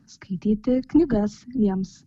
skaityti knygas jiems